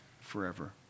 forever